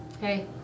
Hey